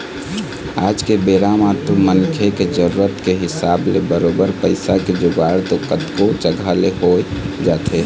आज के बेरा म तो मनखे के जरुरत के हिसाब ले बरोबर पइसा के जुगाड़ तो कतको जघा ले होइ जाथे